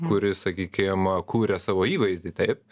kuris sakykim kuria savo įvaizdį taip